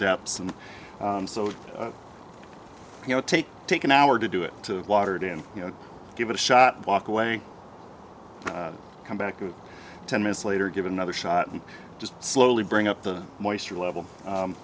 depths and so it you know take take an hour to do it to water it in you know give it a shot walk away come back ten minutes later give it another shot and just slowly bring up the moisture level